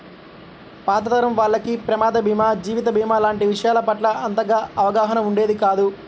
పాత తరం వాళ్లకి ప్రమాద భీమా, జీవిత భీమా లాంటి విషయాల పట్ల అంతగా అవగాహన ఉండేది కాదు